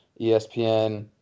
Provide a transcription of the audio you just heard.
ESPN